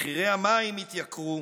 מחירי המים התייקרו,